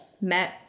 met